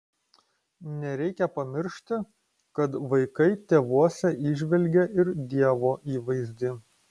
nereikia pamiršti kad vaikai tėvuose įžvelgia ir dievo įvaizdį